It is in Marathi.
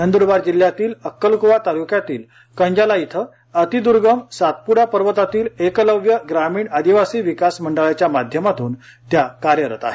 नंदरबार जिल्ह्यातील अक्कलक्वा तालुक्यातील कंजाला इथं अतिदर्गम सातप्डा पर्वतातील एकलव्य ग्रामीण आदिवासी विकास मंडळाच्या माध्यमातून त्या कार्यरत आहेत